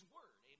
Word